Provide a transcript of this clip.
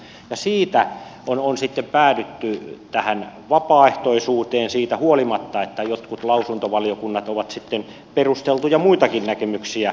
siitä on sitten päädytty tähän vapaaehtoisuuteen siitä huolimatta että jotkut lausuntovaliokunnat ovat sitten perusteluja muitakin näkemyksiä tehneet